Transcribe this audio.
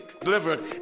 delivered